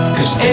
Cause